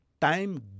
time